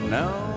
now